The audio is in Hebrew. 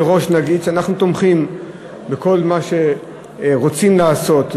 מראש נגיד שאנחנו תומכים בכל מה שרוצים לעשות,